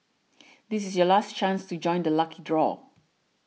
this is your last chance to join the lucky draw